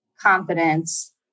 confidence